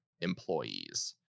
employees